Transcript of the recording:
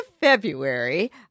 February